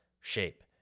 shape